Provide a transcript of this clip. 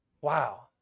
Wow